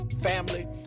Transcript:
Family